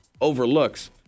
overlooks